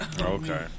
Okay